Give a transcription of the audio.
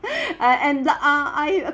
and and uh I